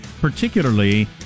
particularly